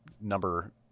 number